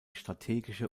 strategische